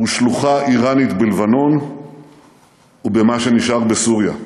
הוא שלוחה איראנית בלבנון ובמה שנשאר בסוריה,